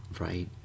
Right